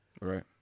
Right